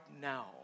now